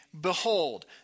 Behold